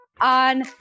on